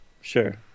Sure